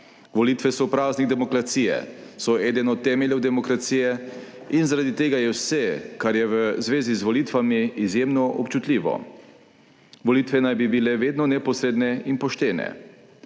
Volitve so v praznik demokracije, so eden od temeljev demokracije in zaradi tega je vse, kar je v zvezi z volitvami, izjemno občutljivo. Volitve naj bi bile vedno neposredne in poštene.